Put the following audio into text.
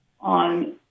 on